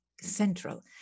central